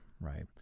right